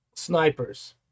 snipers